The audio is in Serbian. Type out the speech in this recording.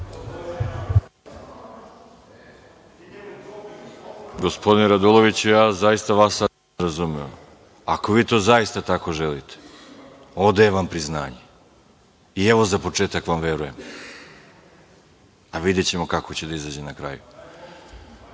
Gospodine Raduloviću, ja zaista vas sada nisam razumeo. Ako vi to zaista tako želite, odajem vam priznanje. Evo, za početak vam verujem, a videćemo kako će da izađe na kraju. Reč